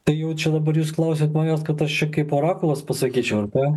tai jau čia dabar jūs klausiat manęs kad aš čia kaip orakulas pasakyčiau ar ką